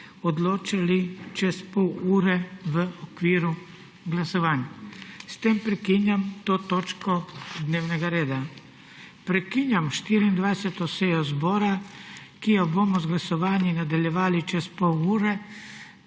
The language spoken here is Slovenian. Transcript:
odločali čez pol ure v okviru glasovanj. S tem prekinjam to točko dnevnega reda. Prekinjam 24. sejo zbora, ki jo bomo z glasovanjem nadaljevali čez pol ure,